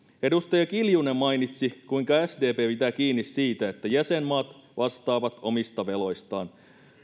edustaja kiljunen mainitsi kuinka sdp pitää kiinni siitä että jäsenmaat vastaavat omista veloistaan